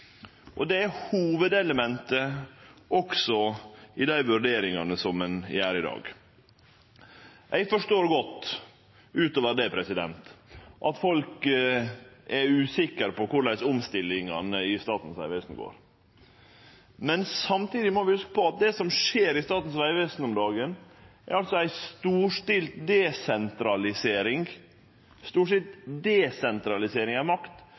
Det er hovudelementet også i dei vurderingane ein gjer i dag. Utover det forstår eg godt at folk er usikre på korleis det går med omstillingane i Statens vegvesen. Samtidig må vi hugse på at det som skjer i Statens vegvesen om dagen, er ei storstilt desentralisering av makt